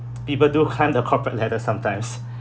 people do climb the corporate ladder sometimes